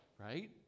Right